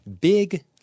Big